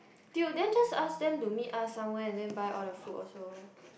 dude then just ask them to meet us somewhere and then buy all the food also